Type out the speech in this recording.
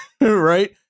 Right